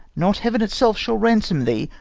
not heaven itself shall ransom thee,